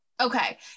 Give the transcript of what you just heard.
okay